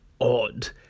odd